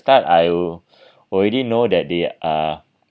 start I will already know that they are